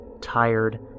tired